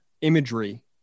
imagery